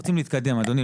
אנחנו רוצים להתקדם אדוני,